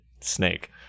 Snake